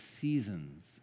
seasons